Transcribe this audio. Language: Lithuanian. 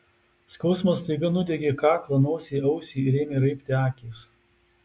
skausmas staiga nudiegė kaklą nosį ausį ir ėmė raibti akys